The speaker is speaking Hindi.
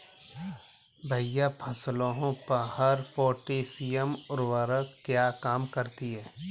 भैया फसलों पर पोटैशियम उर्वरक क्या काम करती है?